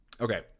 Okay